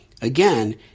Again